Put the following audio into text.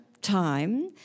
time